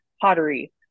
pottery